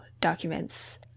documents